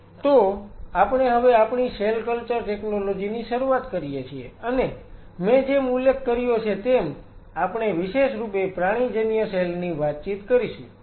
Refer Slide Time 1128 તો આપણે હવે આપણી સેલ કલ્ચર ટેકનોલોજી ની શરૂઆત કરીએ છીએ અને મેં જેમ ઉલ્લેખ કર્યો છે તેમ આપણે વિશેષ રૂપે પ્રાણીજન્ય સેલ ની વાતચીત કરીશું